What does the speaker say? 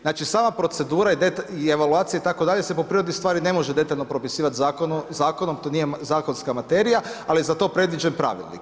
Znači sama procedura i evaluacija itd. se po prirodi stvari ne može detaljno propisivati zakonom, to nije zakonska materija ali je za to predviđen pravilnik.